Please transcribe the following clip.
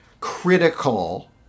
critical